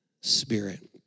Spirit